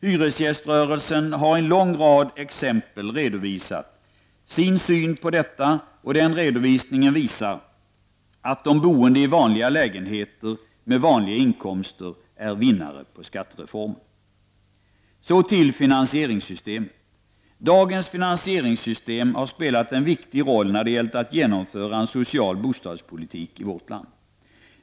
Hyresgäströrelsen har i en lång rad exempel redovisat sin syn på detta, och den redovisningen visar att de boende i vanliga lägenheter med vanliga inkomster är vinnare på skattereformen. Så till finansieringssystemet. Dagens finansieringssystem har spelat en viktig roll när det gällt att genomföra en social bostadspolitik i vårt land.